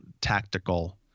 tactical